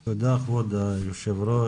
תודה, כבוד היושב-ראש,